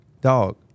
dog